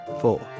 Four